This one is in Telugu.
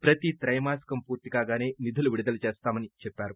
ప్రతి తైమాసికం పూర్తికాగాసే నిధులు విడుదల చేస్తామని చెప్పారు